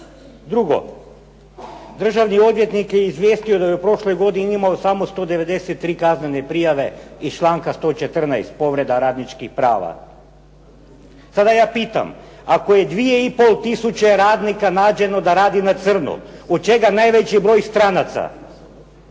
Drugo, državni odvjetnik je izvijestio da je u prošloj godini imao samo 193 kaznene prijave iz članka 114. povreda radničkih prava. Sada ja pitam, ako je 2 i pol tisuće radnika nađeno da radi na crno od čega najveći broj stranaca,